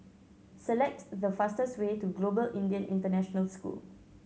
select the fastest way to Global Indian International School